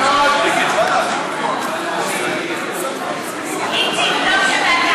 תחרות הוגנת ומבוקרת בין קופות